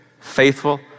faithful